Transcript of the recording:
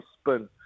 spin